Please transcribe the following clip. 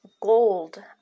gold